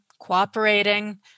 cooperating